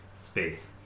space